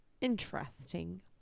interesting